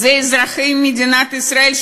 אלה אזרחי מדינת ישראל,